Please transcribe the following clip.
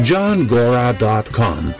JohnGora.com